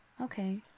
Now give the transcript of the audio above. Okay